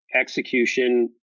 execution